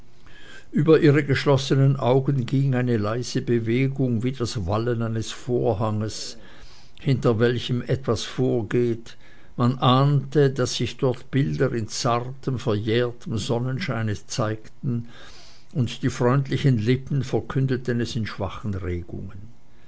über ihre geschlossenen augen ging eine leise bewegung wie das wallen eines vorhanges hinter welchem etwas vorgeht man ahnte daß sich dort bilder in zartem verjährtem sonnenscheine zeigten und die freundlichen lippen verkündeten es in schwachen regungen